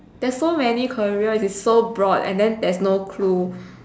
there's so many careers is so broad and then there's no clue